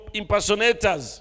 impersonators